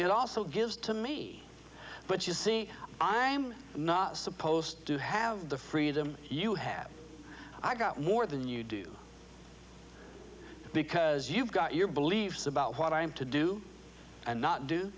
it also gives to me but you see i'm not supposed to have the freedom you have i got more than you do because you've got your beliefs about what i am to do and not do